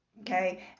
okay